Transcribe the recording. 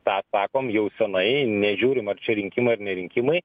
tą sakom jau senai nežiūrim ar čia rinkimai ar ne rinkimai